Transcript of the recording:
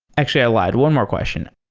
actually, i allied. one more question.